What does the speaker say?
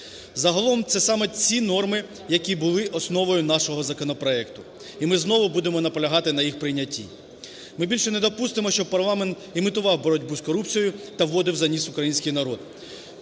Загалом це саме ці норми, які були основою нашого законопроекту. І ми знову будемо наполягати на їх прийнятті. Ми більше не допустимо, щоб парламент імітував боротьбу з корупцією та "водив за ніс" український народ.